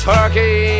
Turkey